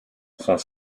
sont